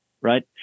right